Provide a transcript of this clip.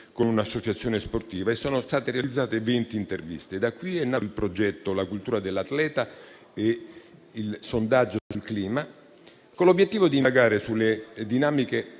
con un'associazione sportiva; sono state realizzate venti interviste. Da ciò è nato il progetto sulla cultura dell'atleta e il sondaggio sul clima, con l'obiettivo d'indagare sulle dinamiche